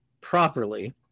properly